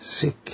sick